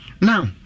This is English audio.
Now